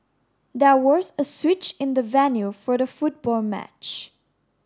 there was a switch in the venue for the football match